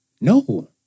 No